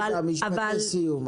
עאידה, משפטי סיום.